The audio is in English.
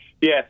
Yes